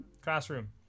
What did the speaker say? Classroom